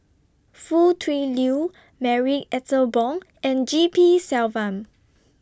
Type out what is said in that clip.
Foo Tui Liew Marie Ethel Bong and G P Selvam